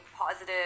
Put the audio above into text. positive